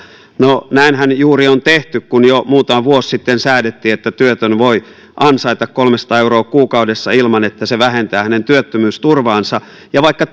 no näinhän juuri on tehty kun jo muutama vuosi sitten säädettiin että työtön voi ansaita kolmesataa euroa kuukaudessa ilman että se vähentää hänen työttömyysturvaansa ja vaikka